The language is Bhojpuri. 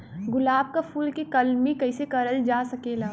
गुलाब क फूल के कलमी कैसे करल जा सकेला?